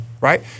right